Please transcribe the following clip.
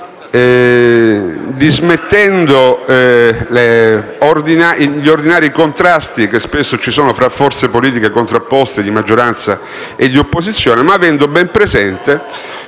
dismettendo gli ordinari contrasti, che spesso ci sono tra forze politiche contrapposte di maggioranza e opposizione, ma avendo ben presente